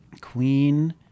Queen